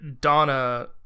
Donna